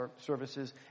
services